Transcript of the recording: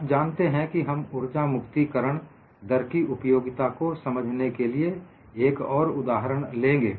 आप जानते हैं कि हम उर्जा मुक्ति करण दर की उपयोगिता को समझने के लिए एक और उदाहरण लेंगे